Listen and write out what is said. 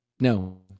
No